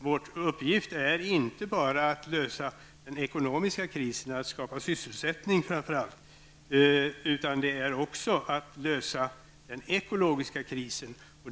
Vår uppgift är inte bara att lösa den ekonomiska krisen, dvs. att framför allt skapa sysselsättning. Vår uppgift är också att lösa den ekologiska krisen.